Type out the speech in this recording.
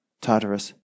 Tartarus